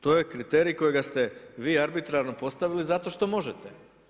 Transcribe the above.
To je kriterij, kojega ste vi arbitrarno postavili zato što možete.